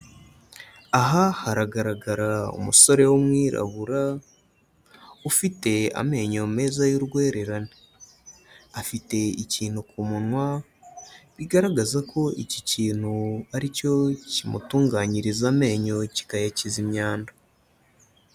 Aha haragaragara umusore w'umwirabura, ufite amenyo meza y'urwererane. Afite ikintu ku munwa, bigaragaza ko iki kintu ari cyo kimutunganyiriza amenyo kikayakiza imyanda.